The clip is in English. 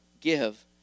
give